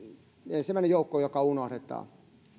ensimmäinen joukko joka unohdetaan